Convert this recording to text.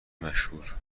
مشهور